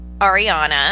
Ariana